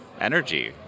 energy